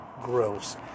Gross